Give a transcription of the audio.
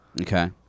Okay